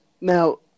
Now